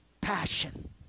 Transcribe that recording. passion